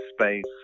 space